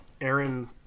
Aaron